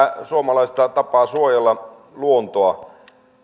suomalaista tapaa suojella luontoa